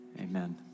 Amen